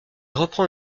reprend